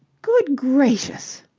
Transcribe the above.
good gracious!